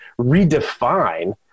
redefine